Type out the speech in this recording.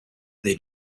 they